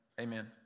Amen